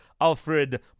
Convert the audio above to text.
Alfred